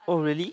oh really